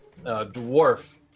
dwarf